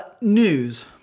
News